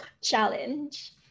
challenge